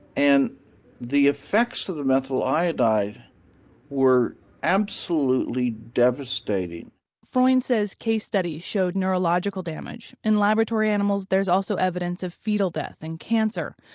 and the effects of the methyl iodide were absolutely devastating froines says case studies showed neurological damage. in laboratory animals, there's also evidence of fetal death and cancer.